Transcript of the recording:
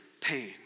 pain